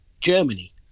Germany